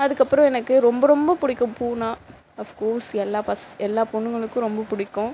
அதுக்கப்றம் எனக்கு ரொம்ப ரொம்ப பிடிக்கும் பூன்னா அஃப்கோர்ஸ் எல்லா பஸ் எல்லா பொண்ணுங்களுக்கும் ரொம்ப பிடிக்கும்